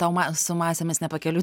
tau ma su masėmis nepakeliui